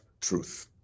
truth